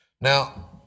Now